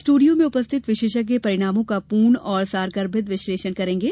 studio में उपस्थित विशेषज्ञ परिणामों का पूर्ण और सारगर्भित विश्लेषण करेंगे